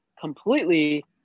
completely